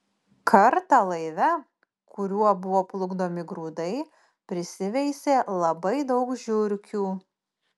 kartą laive kuriuo buvo plukdomi grūdai prisiveisė labai daug žiurkių